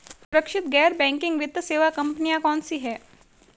सुरक्षित गैर बैंकिंग वित्त सेवा कंपनियां कौनसी हैं?